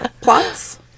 plots